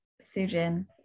Sujin